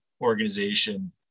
organization